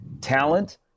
talent